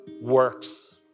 works